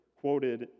quoted